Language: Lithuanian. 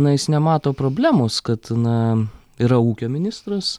na jis nemato problemos kad na yra ūkio ministras